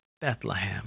Bethlehem